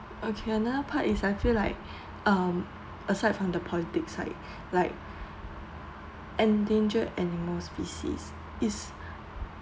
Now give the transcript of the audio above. okay another part is I feel like um aside from the politics side like endangered animal species it's